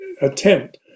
attempt